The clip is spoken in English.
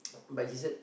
but he said